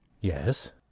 Yes